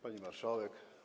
Pani Marszałek!